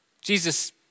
Jesus